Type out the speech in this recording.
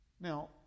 Now